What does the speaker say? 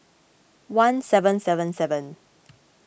one seven seven seven